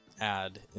Add